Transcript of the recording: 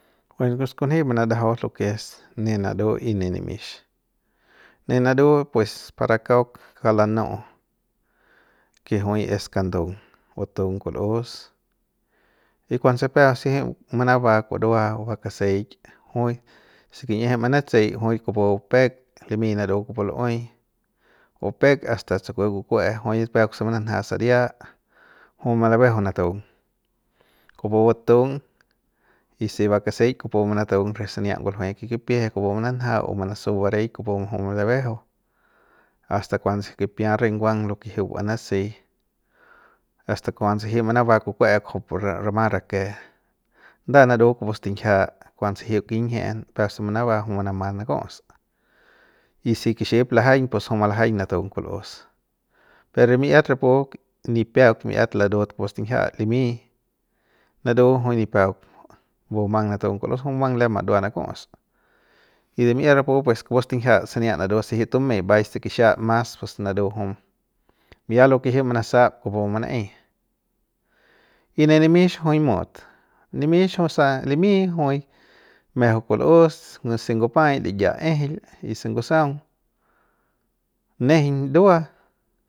Buen lo pus kunji manarajau lo ke es ne naru y ne nimix ne naru pues para kauk kauk lanu'u ke jui es kandung butung kul'us y kuanse peuk se jiuk manaba kurua u bakaseik jui se kin'ieje manatsei jui kupu bupek limi naru kupu lu'uei bupek hasta tsukuet kukue'e jui peuk se mananja saria jui malabejeu natung kupu butung y si bakaseik kupu manatung re sania nguljue se kipieje ku mananja o manasu bareik kupu jui malabejeu hasta kuanse kipia re nguang lo ke jiuk banasei hasta kuanse jiuk manaba kukue'e kujupu ra rama rake nda naru kupu stinjia kuanse jiuk kinjie'en peuk se manaba jui manama naku'us si kixip lajaiñpus jui malajaiñ natung kul'us re mi'at rapu nipeuk miiat larut kupu stinjia limi naru jui nipeuk bumang natung kul'us jui lem bumang marua naku'us y de mi'ia rapu kupu stinjia sania naru se jiuk tumei mbai se kixiap mas pus naru jui bi'i lo ke jiuk manasap kupu manaei y ne nimix jui mut nimix jui sa limi jui mejeu kul'us se ngupai liya ejeil y se ngusaung nejeiñ ndua.